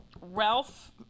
Ralph